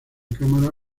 cámara